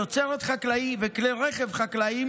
תוצרת חקלאית וכלי רכב חקלאיים,